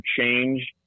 change